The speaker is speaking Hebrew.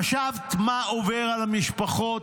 חשבת מה עובר על המשפחות?